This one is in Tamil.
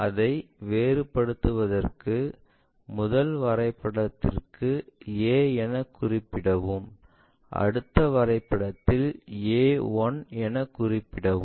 அதை வேறுபடுத்துவதற்கு முதல் வரைபடத்திற்கு a என குறிப்பிடவும் அடுத்த வரைபடத்தில் a1 என குறிப்பிடவும்